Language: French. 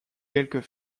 quelques